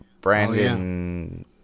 Brandon